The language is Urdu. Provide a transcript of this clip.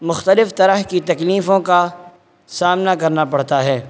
مختلف طرح کی تکلیفوں کا سامنا کرنا پڑتا ہے